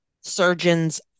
surgeons